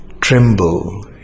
tremble